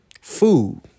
food